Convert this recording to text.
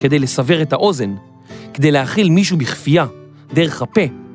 ‫כדי לסבר את האוזן, ‫כדי להאכיל מישהו בכפייה דרך הפה.